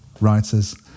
writers